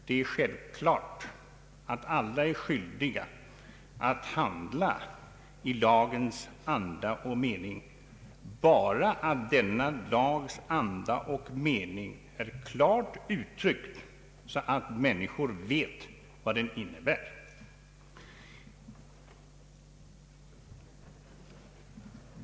Det är självklart att alla är skyldiga att handla i lagens anda och mening, under förutsättning att denna lags anda och mening har klart uttryckts så att människor vet vad lagen innebär.